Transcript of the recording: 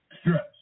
Stress